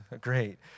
great